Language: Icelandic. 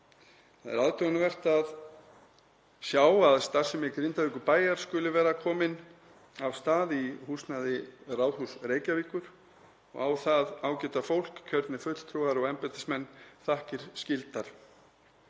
Það er aðdáunarvert að sjá að starfsemi Grindavíkurbæjar skuli vera komin af stað í húsnæði Ráðhúss Reykjavíkur og á það ágæta fólk, kjörnir fulltrúar og embættismenn, þakkir skildar.